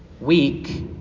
weak